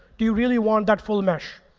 do you really want that full mesh?